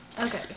okay